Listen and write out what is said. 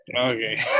Okay